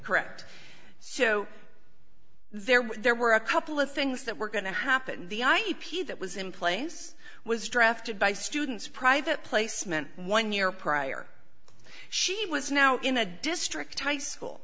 correct so there were there were a couple of things that were going to happen the ip that was in place was drafted by students private placement one year prior she was now in a district high school